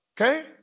Okay